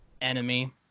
enemy